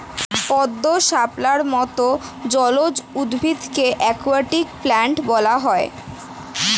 পদ্ম, শাপলার মত জলজ উদ্ভিদকে অ্যাকোয়াটিক প্ল্যান্টস বলা হয়